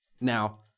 Now